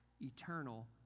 eternal